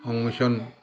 সংমিশ্ৰণ